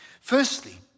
Firstly